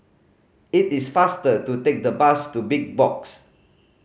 it is faster to take the bus to Big Box